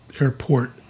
airport